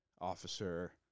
Officer